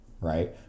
right